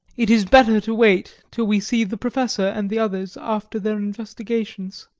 it is better to wait till we see the professor and the others after their investigations.